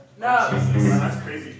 no